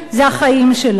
זה החיים שלו,